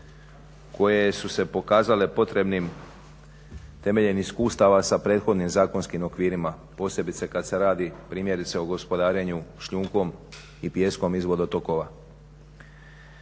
koje su se pokazale potrebnim temeljem iskustava sa prethodnim zakonskim okvirima. Posebice kad se radi primjerice o gospodarenju šljunkom i pijeskom iz vodotokova.